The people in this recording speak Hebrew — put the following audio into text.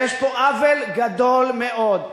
עוול גדול מאוד.